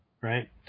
Right